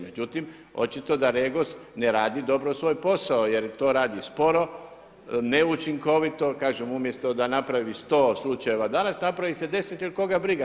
Međutim, očito da REGOS ne radi dobro svoj posao, jer to radi sporo, neučinkovito, kažem, umjesto da napravi 100 slučaja danas, napravi se 10 jer koga briga.